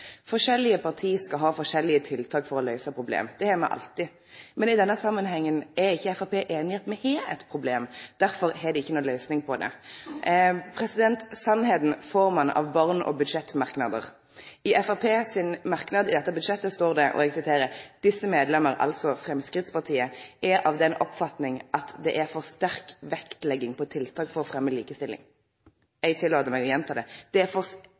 Forskjellige parti skal ha forskjellige tiltak for å løyse problem. Det har me alltid. Men i denne samanhengen er ikkje Framstegspartiet einig i at me har eit problem. Derfor har dei ikkje noka løysing på det. Sannheita får ein av barn og budsjettmerknader. I ein av Framstegspartiets merknader til dette budsjettet står det: «Disse medlemmer» – altså Framstegspartiet – «er av den oppfatning at det er en for sterk vektlegging på tiltak for å fremme likestilling.» Eg tillèt meg å gjenta det: Det er «for sterk vektlegging på tiltak for